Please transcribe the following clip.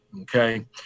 okay